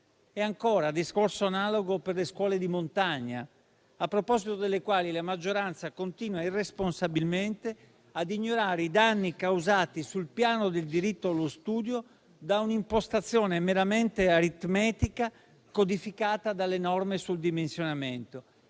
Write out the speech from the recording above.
Ancora, discorso analogo vale per le scuole di montagna, a proposito delle quali la maggioranza continua irresponsabilmente a ignorare i danni causati sul piano del diritto allo studio da un'impostazione meramente aritmetica, codificata dalle norme sul dimensionamento.